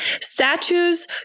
statues